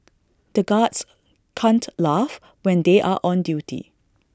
the guards can't laugh when they are on duty